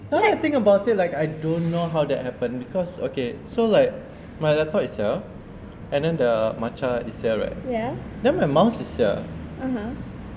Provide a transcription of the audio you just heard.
now that I think about it I don't know how that happened because okay so like my laptop is here and then the matcha is there right then my mouse is here